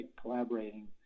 collaborating